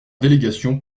délégation